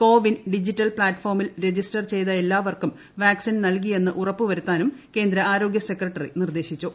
CoWIN digital പ്പാറ്റ്ഫോമിൽ register ചെയ്ത എല്ലാവർക്കും വാക്സിൻ നൽകിയെന്ന് ഉറപ്പുവരുത്താനും കേന്ദ്ര ആരോഗ്യ സെക്രട്ടറി നിർദ്ദേശിച്ചു